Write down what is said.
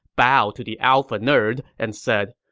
bowed to the alpha nerd, and said,